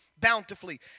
bountifully